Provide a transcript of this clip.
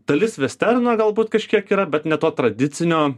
dalis vesterno galbūt kažkiek yra bet ne to tradicinio